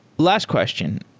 last question.